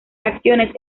acciones